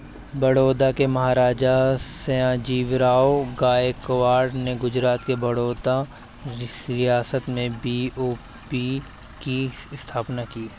बड़ौदा के महाराजा, सयाजीराव गायकवाड़ ने गुजरात के बड़ौदा रियासत में बी.ओ.बी की स्थापना की